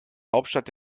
hauptstadt